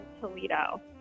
Toledo